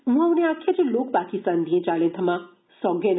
उआं उनें आक्खेया जे लोक पाकिस्तान दियें चालें थमां सौहगे न